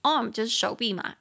Arm就是手臂嘛